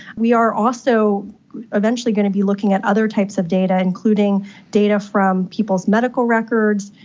we are also eventually going to be looking at other types of data, including data from people's medical records,